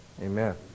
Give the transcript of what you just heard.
Amen